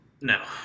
No